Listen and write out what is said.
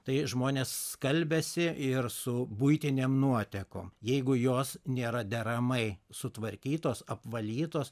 tai žmonės skalbiasi ir su buitinėm nuotekom jeigu jos nėra deramai sutvarkytos apvalytos